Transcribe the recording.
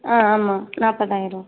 ஆ ஆமாம் நாற்பதாயிரம்